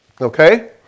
Okay